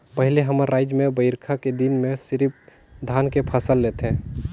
पहिले हमर रायज में बईरखा के दिन में सिरिफ धान के फसल लेथे